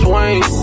Wayne